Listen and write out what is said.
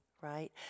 right